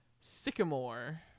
Sycamore